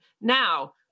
Now